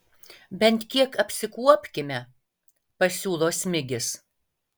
bent kiek apsikuopkime pasiūlo smigis